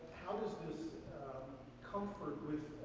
how does this comfort with